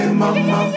mama